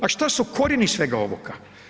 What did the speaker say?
A što su korijeni svega ovoga?